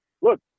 look